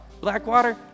Blackwater